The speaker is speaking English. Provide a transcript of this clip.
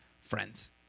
friends